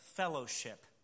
Fellowship